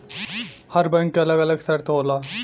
हर bank के अलग अलग शर्त होला